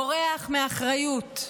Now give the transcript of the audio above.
בורח מאחריות.